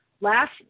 Last